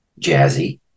jazzy